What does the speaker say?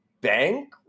bank